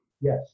Yes